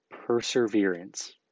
Perseverance